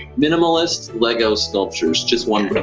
minimalist lego sculptures. just one